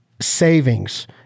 savings